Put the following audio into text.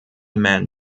man